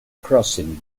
crossing